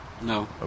no